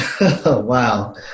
Wow